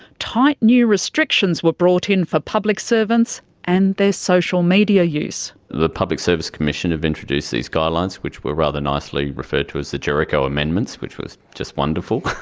tight new restrictions were brought in for public servants and their social media use. the public service commission have introduced these guidelines which were rather nicely referred to as the jericho amendments, which was just wonderful.